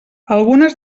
algunes